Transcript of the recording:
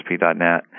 asp.net